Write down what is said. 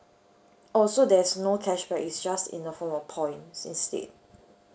oh so there's no cashback it's just in the form of points instead